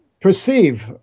perceive